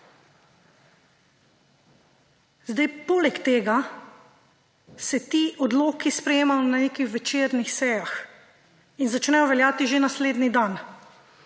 vlada. Poleg tega se ti odloki sprejemajo na nekih večernih sejah in začnejo veljati že naslednji dan.